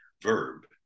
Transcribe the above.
verb